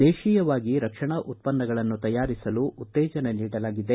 ದೇತೀಯವಾಗಿ ರಕ್ಷಣಾ ಉತ್ಪನ್ನಗಳನ್ನು ತಯಾರಿಸಲು ಉತ್ತೇಜನ ನೀಡಲಾಗಿದೆ